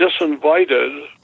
disinvited